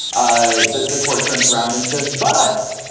ah the the court turns around and says, butts,